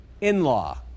in-law